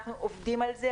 אנחנו עובדים על זה,